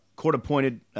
Court-appointed